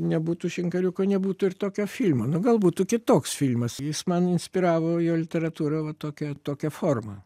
nebūtų šinkariuko nebūtų ir tokio filmo nu gal būtų kitoks filmas jis man inspiravo jo literatūra va tokia tokia forma